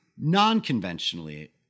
non-conventionally